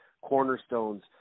cornerstones